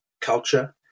culture